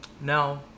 now